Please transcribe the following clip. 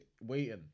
waiting